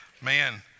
Man